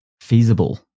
feasible